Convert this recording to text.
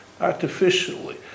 artificially